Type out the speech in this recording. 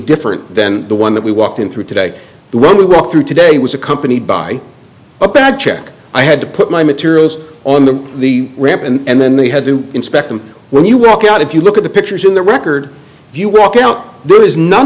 different than the one that we walked in through today when we walked through today was accompanied by a bag check i had to put my materials on the the ramp and then they had to inspect them when you walk out if you look at the pictures in the record if you walk out there is none